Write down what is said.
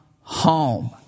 home